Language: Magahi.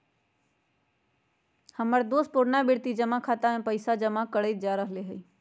हमर दोस पुरनावृति जमा खता में पइसा जमा करइते जा रहल हइ